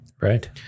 Right